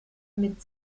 mit